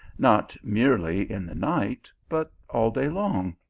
not merely in the night, but all day long.